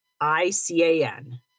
I-C-A-N